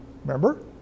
Remember